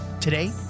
Today